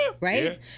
Right